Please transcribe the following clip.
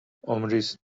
ﻋﻤﺮﯾﺴﺖ